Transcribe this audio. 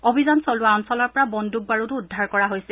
অভিযান চলোৱা অঞ্চলৰ পৰা বন্দুক বাৰুদো উদ্ধাৰ কৰা হৈছে